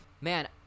Man